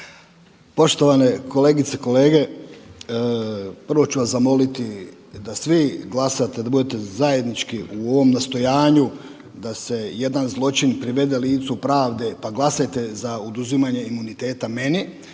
Poštovane kolegice i kolege, prvo ću vas zamoliti da svi glasate, da budete zajednički u ovom nastojanju da se jedan zločin privede licu pravde, pa glasajte za oduzimanje imuniteta meni